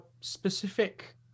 specific